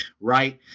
right